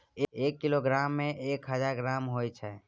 एक किलोग्राम में एक हजार ग्राम होय छै